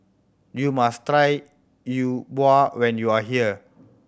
you must try Yi Bua when you are here